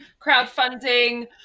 Crowdfunding